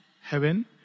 heaven